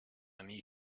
need